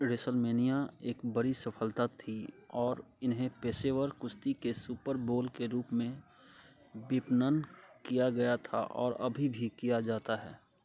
WrestleMania एक बड़ी सफलता थी और इन्हें पेशेवर कुश्ती के सुपर बोल के रूप में विपणन किया गया था और अभी भी किया जाता है